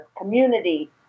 community